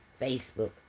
facebook